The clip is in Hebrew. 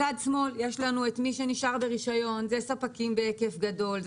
מי שנשאר ברישיון זה ספקים בהיקף גדול,